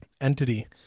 entity